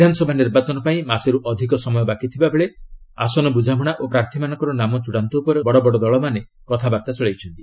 ବିଧାନସଭା ନିର୍ବାଚନ ପାଇଁ ମାସେରୁ ଅଧିକ ସମୟ ବାକିଥିବା ବେଳେ ଆସନ ବୁଝାମଣା ଓ ପ୍ରାର୍ଥୀମାନଙ୍କର ନାମ ଚୂଡ଼ାନ୍ତ ଉପରେ ବଡ଼ବଡ଼ ଦଳମାନେ କଥାବାର୍ତ୍ତା ଚଳେଇଛନ୍ତି